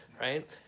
right